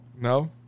No